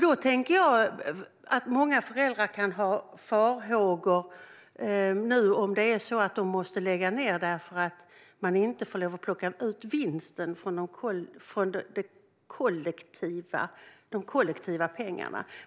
Då tänker jag att många föräldrar kan ha farhågor om det är så att skolorna måste lägga ned för att man inte får lov att plocka ut vinsten från de kollektiva pengarna.